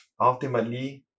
ultimately